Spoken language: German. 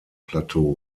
plateau